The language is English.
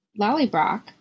Lollybrock